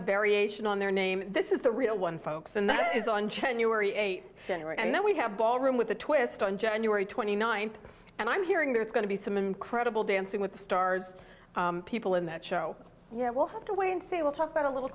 a variation on their name this is the real one folks and that is on january a dinner and then we have ballroom with a twist on january twenty ninth and i'm hearing that it's going to be some incredible dancing with the stars people in that show will have to wait and see we'll talk about a little